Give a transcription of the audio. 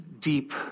deep